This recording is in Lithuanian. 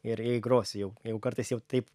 ir jei grosiu jau jeigu kartais jau taip